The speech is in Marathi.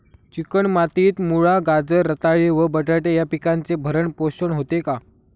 चिकण मातीत मुळा, गाजर, रताळी व बटाटे या पिकांचे भरण पोषण होते का?